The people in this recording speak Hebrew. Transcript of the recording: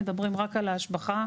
מדברים רק על ההשבחה.